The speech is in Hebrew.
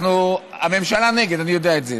שאנחנו, הממשלה נגד, אני יודע את זה.